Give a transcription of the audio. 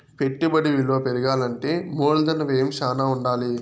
పెట్టుబడి విలువ పెరగాలంటే మూలధన వ్యయం శ్యానా ఉండాలి